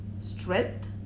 strength